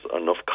enough